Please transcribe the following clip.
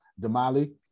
Damali